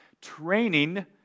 training